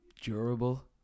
durable